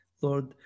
Lord